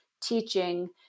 teaching